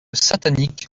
satanique